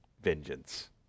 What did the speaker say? vengeance